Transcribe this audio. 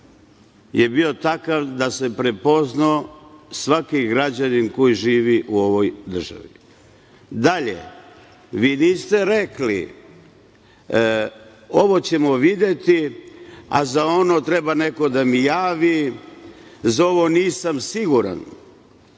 je bio takav da se prepoznao svaki građanin koji živi u ovoj državi. Dalje, vi niste rekli – ovo ćemo videti, a za ono treba neko da mi javi, za ovo nisam siguran.